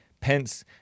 Pence